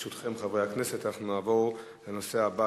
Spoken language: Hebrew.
כך, אדוני השר, אתה תשיב על שתי ההצעות